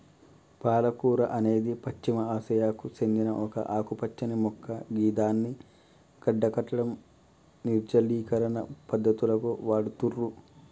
పాలకూర అనేది పశ్చిమ ఆసియాకు సేందిన ఒక ఆకుపచ్చని మొక్క గిదాన్ని గడ్డకట్టడం, నిర్జలీకరణ పద్ధతులకు వాడుతుర్రు